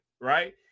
right